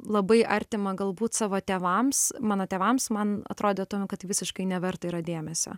labai artima galbūt savo tėvams mano tėvams man atrodė tuo kad visiškai neverta yra dėmesio